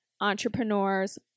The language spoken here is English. entrepreneurs